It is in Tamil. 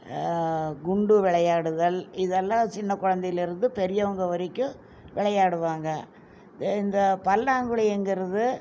குண்டு விளையாடுதல் இதெல்லாம் சின்ன குழந்தையிலேருந்து பெரியவங்க வரைக்கும் விளையாடுவாங்க இந்த பல்லாங்குழிங்கிறது